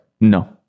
No